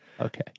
Okay